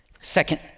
Second